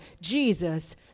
Jesus